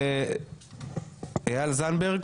אייל זנדברג,